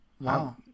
Wow